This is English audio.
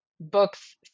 books